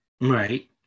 Right